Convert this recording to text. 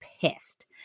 pissed